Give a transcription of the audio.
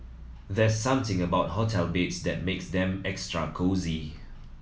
there's something about hotel beds that makes them extra cosy